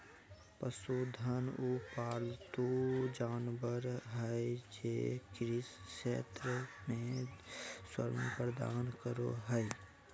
पशुधन उ पालतू जानवर हइ जे कृषि क्षेत्र में श्रम प्रदान करो हइ